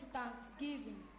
Thanksgiving